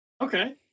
Okay